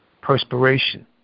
Perspiration